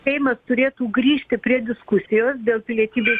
seimas turėtų grįžti prie diskusijos dėl pilietybės